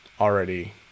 already